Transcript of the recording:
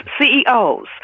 CEOs